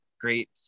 great